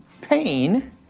Pain